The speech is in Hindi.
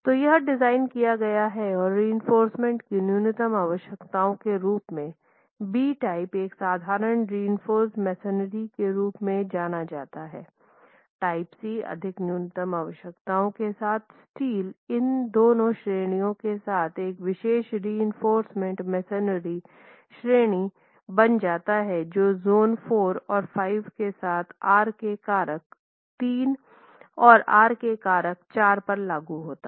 तो यह डिज़ाइन किया गया है और रिइंफोर्समेन्ट की न्यूनतम आवश्यकताओं के अनुरूप है बी टाइप एक साधारण रिइंफोर्स मेसनरी के रूप में जाना जाता है टाइप सी अधिक न्यूनतम आवश्यकताओं के साथ स्टील इन दोनों श्रेणियों के साथ एक विशेष रिइंफोर्स मेसनरी श्रेणी बन जाता है जो जोन 4 और 5 के साथ R के कारक 3 और R के कारक 4 पर लागू होते हैं